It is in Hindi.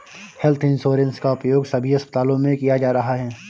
हेल्थ इंश्योरेंस का उपयोग सभी अस्पतालों में किया जा रहा है